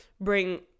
bring